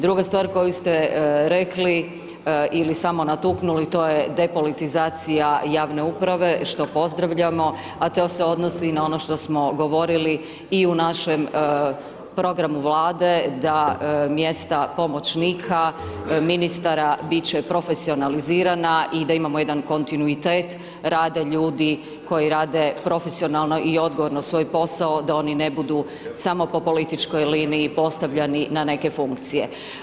Druga stvar koju ste rekli, ili samo natuknuli, to je depolitizacija javne uprave, što pozdravljamo, a to se odnosi na ono što smo govorili i u našem programu vlade, da mjesta pomoćnika, ministara, biti će profesionalizirana i da imamo jedan kontinuitet, rade ljudi koji rade profesionalno i odgovorno svoj posao da oni ne budu samo po političkoj liniji postavljani na neke funkcije.